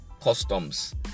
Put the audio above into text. customs